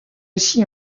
aussi